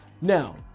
Now